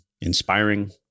inspiring